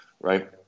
right